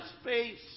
space